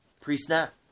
pre-snap